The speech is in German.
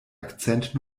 akzent